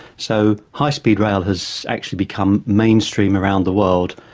so high speed rail has actually become mainstream around the world,